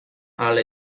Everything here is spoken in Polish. ale